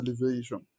elevation